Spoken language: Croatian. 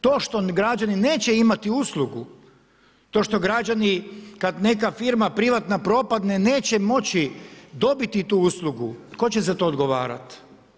To što građani neće imati uslugu, to što građani kad neka firma privatna propadne neće moći dobiti tu uslugu, tko će za to odgovarat?